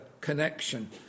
connection